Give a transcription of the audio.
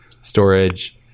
storage